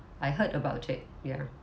I heard about it ya